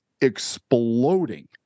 exploding